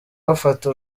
bafata